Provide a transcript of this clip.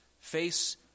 face